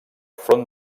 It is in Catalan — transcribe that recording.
front